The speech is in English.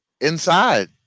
inside